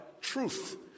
truth